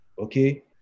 okay